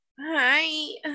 Hi